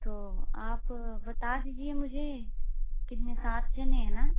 तो आप बता दीजिए मुझे कितने सात जनें है न